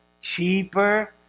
cheaper